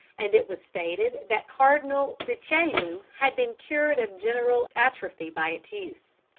and it was stated that cardinal richelieu had been cured of general atrophy by its use.